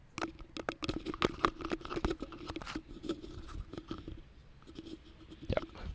yup